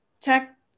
tech